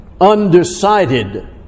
Undecided